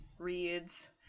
reads